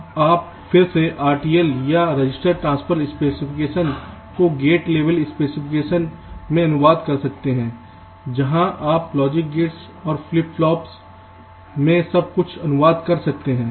अबअब आप फिर से इस RTL या रजिस्टर ट्रांसफर स्पेसिफिकेशन को गेट लेवल स्पेसिफिकेशन में अनुवाद कर सकते हैं जहां आप लॉजिक गेट्स और फ्लिप फ्लॉप्स में सब कुछ अनुवाद कर सकते हैं